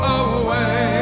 away